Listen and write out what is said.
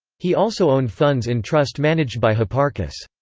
he also owned funds in trust managed by hipparchus.